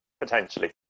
potentially